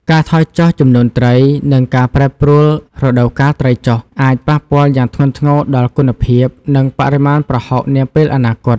ការថយចុះចំនួនត្រី និងការប្រែប្រួលរដូវកាលត្រីចុះ អាចប៉ះពាល់យ៉ាងធ្ងន់ធ្ងរដល់គុណភាព និងបរិមាណប្រហុកនាពេលអនាគត។